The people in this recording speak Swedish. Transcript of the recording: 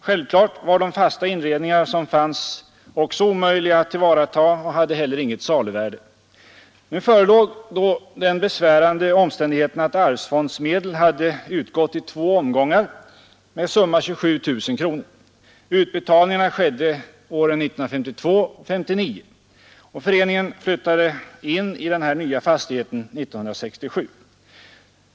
Självfallet var också den fasta inredning som fanns omöjlig att tillvarata och hade heller inget saluvärde. Nu förelåg emellertid den besvärande omständigheten att arvsfondsmedel hade utgått till föreningen i två omgångar med tillsammans 27 000 kronor. Utbetalningarna skedde åren 1952 och 1959, och föreningen flyttade in i den nya fastigheten 1967.